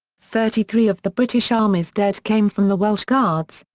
thirty-three of the british army's dead came from the welsh guards,